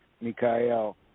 Mikael